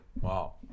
Wow